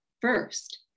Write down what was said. first